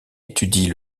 étudie